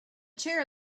chair